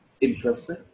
interesting